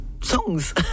songs